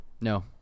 No